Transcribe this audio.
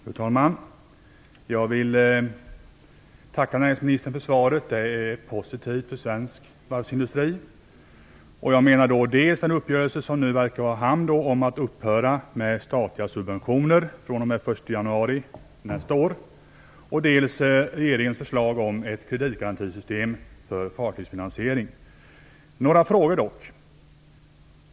Fru talman! Jag vill tacka näringsministern för svaret. Det är positivt för svensk varvsindustri. Jag menar då dels den uppgörelse som nu verkar vara i hamn om att upphöra med statliga subventioner fr.o.m. den 1 januari nästa år, dels regeringens förslag om ett kreditgarantisystem för fartygsfinansiering. Några frågor dock.